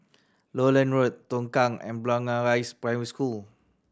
Lowland Road Tongkang and Blangah Rise Primary School